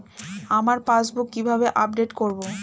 আমার পাসবুক কিভাবে আপডেট করবো?